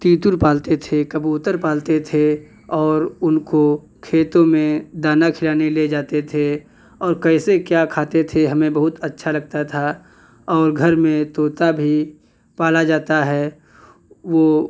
तीतुर पालते थे कबूतर पालते थे और उनको खेतों में दाना खिलाने ले जाते थे और कैसे क्या खाते थे हमें बहुत अच्छा लगता था और घर में तोता भी पाला जाता है वो